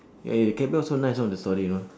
eh care bear also nice [one] the story you know